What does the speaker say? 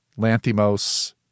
Lanthimos